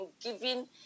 giving